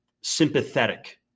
sympathetic